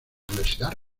universidad